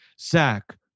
Zach